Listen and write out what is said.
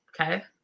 Okay